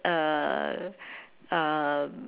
uh um